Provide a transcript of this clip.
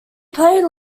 played